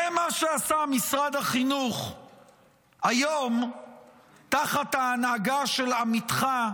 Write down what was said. זה מה שעשה משרד החינוך היום תחת ההנהגה של עמיתך,